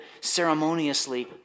ceremoniously